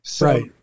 right